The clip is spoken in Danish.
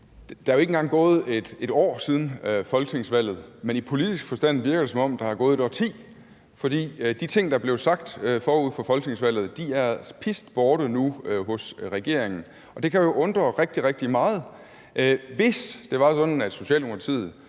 Der er jo ikke engang gået et år siden folketingsvalget, men i politisk forstand virker det, som om der er gået et årti, for de ting, der blev sagt forud for folketingsvalget, er nu pist borte nu hos regeringen. Det kan jo undre rigtig, rigtig meget. Hvis det var sådan, at Socialdemokratiet